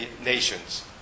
nations